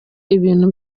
ibintu